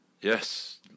Yes